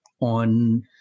on